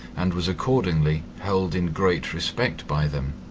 and was accordingly held in great respect by them.